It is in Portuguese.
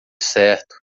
certo